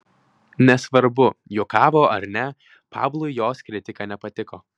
nesvarbu juokavo ar ne pablui jos kritika nepatiko